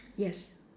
yes